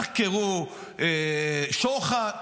תחקרו שוחד.